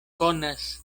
konas